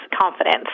confidence